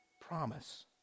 promise